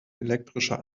elektrische